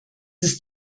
ist